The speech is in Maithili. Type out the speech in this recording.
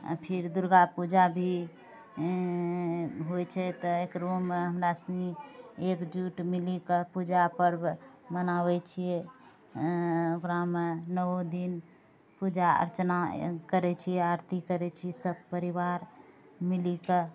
फेर दुर्गा पूजा भी होइ छै तऽ एकरोमे हमरा सनि एकजुट मिलिके पूजा पर्व मनाबै छिए ओकरामे नौओ दिन पूजा अर्चना करै छिए आरती करै छिए सब परिवार मिलिके